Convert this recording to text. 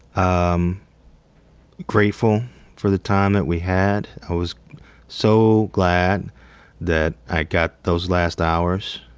um grateful for the time that we had. i was so glad that i got those last hours.